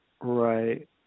Right